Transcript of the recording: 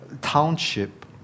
township